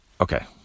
Okay